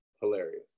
hilarious